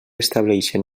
estableixen